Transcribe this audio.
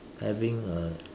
having a